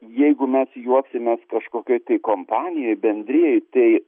jeigu mes juoksimės kažkokioj tai kompanijoj bendrijoj tai